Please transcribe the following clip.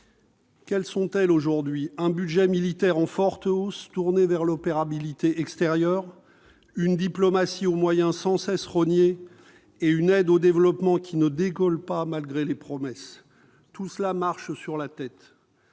Quels sont-ils aujourd'hui ? Un budget militaire en hausse tourné vers l'opérabilité extérieure, une diplomatie aux moyens sans cesse rognés, et une aide au développement qui ne décolle pas malgré les promesses ... Nous marchons sur la tête